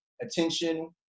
attention